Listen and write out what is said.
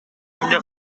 эмне